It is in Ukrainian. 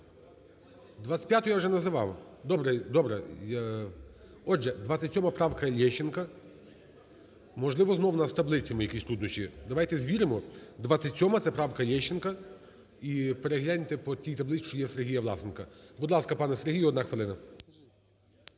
25-у я вже називав. Добре, добре. Отже, 27-а правка Лещенка. Можливо, знову в нас у таблиці якісь труднощі, давайте звіримо. 27-а – це правка Лещенка. І перегляньте по тій таблиці, що є у Сергія Власенка. Будь ласка, пане Сергію, 1 хвилина.